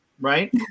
right